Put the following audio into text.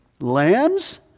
Lambs